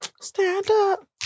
Stand-up